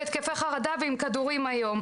התקפי חרדה ועם כדורים היום?